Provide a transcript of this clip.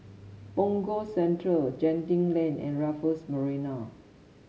Punggol Central Genting Lane and Raffles Marina